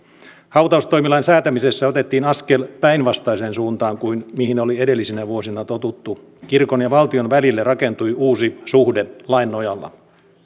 hautaustoimilain säätämisessä otettiin askel päinvastaiseen suuntaan kuin mihin oli edellisinä vuosina totuttu kirkon ja valtion välille rakentui uusi suhde lain nojalla